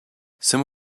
some